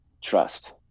trust